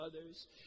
others